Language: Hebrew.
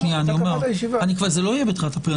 תשמע --- זה לא יהיה בתחילת אפריל.